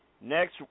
next